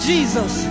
Jesus